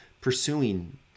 pursuing